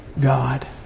God